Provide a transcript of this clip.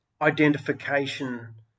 identification